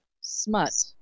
smut